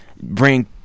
bring